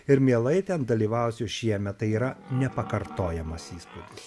ir mielai ten dalyvausiu šiemet tai yra nepakartojamas įspūdis